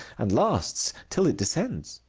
and lasts till it descends.